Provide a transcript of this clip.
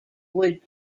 would